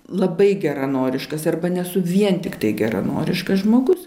labai geranoriškas arba nesu vien tiktai geranoriškas žmogus